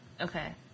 okay